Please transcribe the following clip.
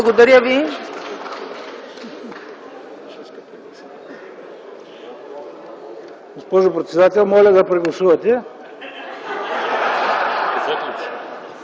Благодаря Ви,